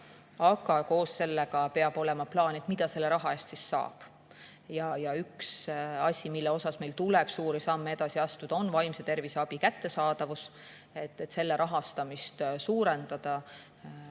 aga koos sellega peab olema plaan, mida selle raha eest saab. Ja üks asi, mille pärast meil tuleb suuri samme edasi astuda, on vaimse tervise abi kättesaadavus. Tuleb selle rahastamist suurendada